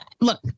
Look